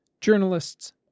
journalists